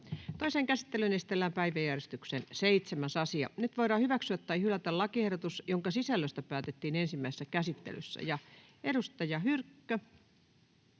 Toiseen käsittelyyn esitellään päiväjärjestyksen 6. asia. Nyt voidaan hyväksyä tai hylätä lakiehdotukset, joiden sisällöstä päätettiin ensimmäisessä käsittelyssä. —